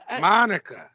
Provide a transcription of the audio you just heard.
Monica